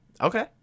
Okay